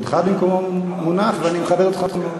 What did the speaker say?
כבודך במקומו מונח ואני מכבד אותך מאוד.